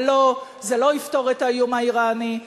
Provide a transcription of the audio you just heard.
ולא, זה לא יפתור את האיום האירני.